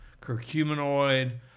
curcuminoid